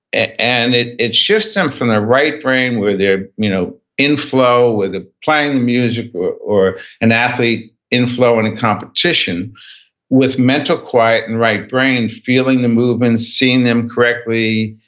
and it it shifts them from the right brain where they're you know in flow, where they're playing the music or an athlete in flow in a competition with mental quiet and right-brained feeling the movements, seeing them correctly,